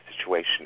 situation